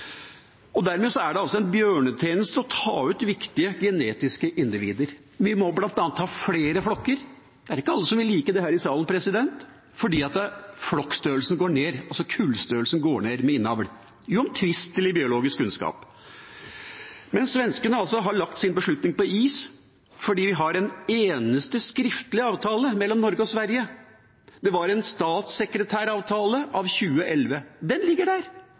Dermed er det altså en bjørnetjeneste å ta ut genetisk viktige individer. Vi må bl.a. ha flere flokker – det er ikke alle her i salen som vil like det – for flokkstørrelsen, altså kullstørrelsen, går ned ved innavl. Det er uomtvistelig biologisk kunnskap. Men svenskene har altså lagt sin beslutning på is fordi vi har én eneste skriftlig avtale mellom Norge og Sverige. Det var en statssekretæravtale av 2011. Den ligger der.